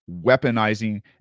weaponizing